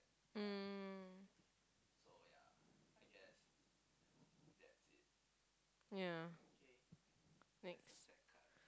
mm ya next